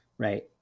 Right